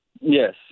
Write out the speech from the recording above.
Yes